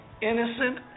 innocent